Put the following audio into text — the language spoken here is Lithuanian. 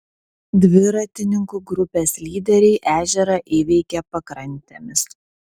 dviratininkų grupės lyderiai ežerą įveikė pakrantėmis